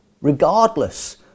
regardless